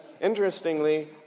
interestingly